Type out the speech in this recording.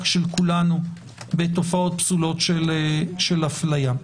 של כולנו בתופעות פסולות של הפליה.